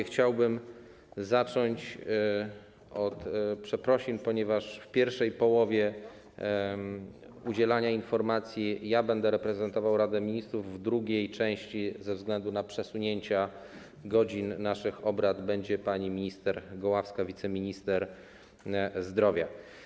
Chciałbym zacząć od przeprosin, ponieważ w pierwszej połowie udzielania informacji ja będę reprezentował Radę Ministrów, w drugiej części, ze względu na przesunięcia godzin naszych obrad, Radę Ministrów będzie reprezentowała pani minister Goławska, wiceminister zdrowia.